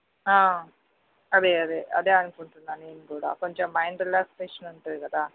అది అదే అదే అదే అనుకుంటున్నా నేను కూడా కొంచెం మైండ్ రిలాక్సింగ్గా ఉంటుంది కదా